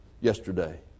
yesterday